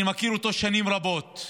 אני מכיר אותו שנים רבות,